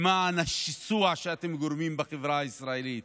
למען השיסוע שאתם גורמים בחברה הישראלית.